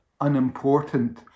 unimportant